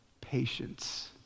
patience